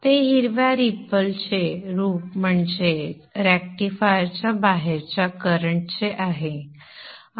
हे हिरव्या रिपल चे रूप म्हणजे रेक्टिफायरच्या बाहेरच्या करंट चे आहे